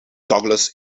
douglas